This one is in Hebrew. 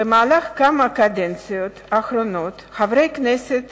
במהלך כמה מהקדנציות האחרונות חברי הכנסת